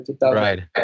Right